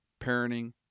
parenting